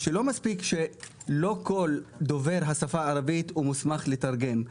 שלא מספיק שלא כל דובר השפה הערבית הוא מוסמך לתרגם,